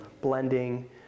blending